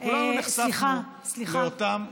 וכולנו נחשפנו לאותם,